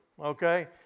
okay